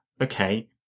okay